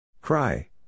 Cry